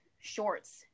shorts